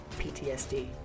PTSD